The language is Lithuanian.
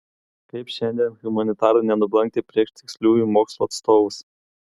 kaip šiandien humanitarui nenublankti prieš tiksliųjų mokslų atstovus